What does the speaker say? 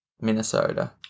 Minnesota